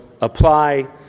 apply